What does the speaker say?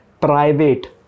private